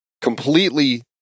completely